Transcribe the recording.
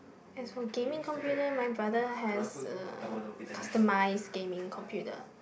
as for gaming computer my brother has customised gaming computer